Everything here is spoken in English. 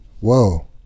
whoa